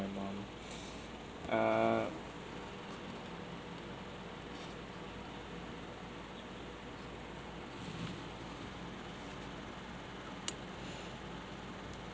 my mum uh